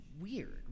weird